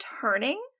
turning